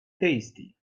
tasty